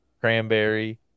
Cranberry